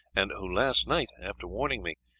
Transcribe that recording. and who last night, after warning me,